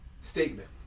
statement